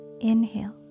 inhale